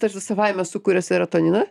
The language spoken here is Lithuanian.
tarsi savaime sukuria serotoniną